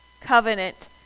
covenant